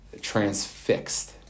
transfixed